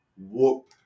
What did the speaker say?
whoop